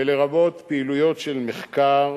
לרבות פעילויות של מחקר